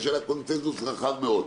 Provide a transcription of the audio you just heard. שיש עליה קונצנזוס רחב מאוד,